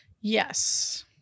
Yes